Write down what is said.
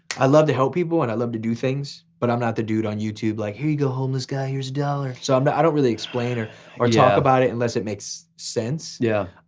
i love to help people and i love to do things, but i'm not the dude on youtube like here you go homeless guy, here's a dollar. so and i don't really explain or or talk about it unless it makes sense. yeah.